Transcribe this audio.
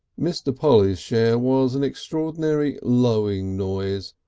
mr. polly's share was an extraordinary lowing noise,